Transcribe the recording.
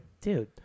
dude